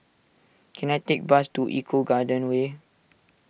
can I take bus to Eco Garden Way